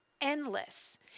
endless